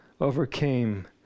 overcame